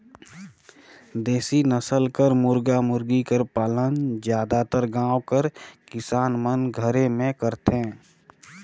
देसी नसल कर मुरगा मुरगी कर पालन जादातर गाँव कर किसान मन घरे में करथे